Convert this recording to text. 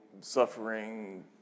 suffering